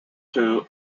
two